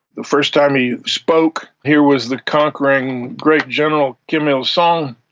the first time he spoke, here was the conquering great general kim il-sung,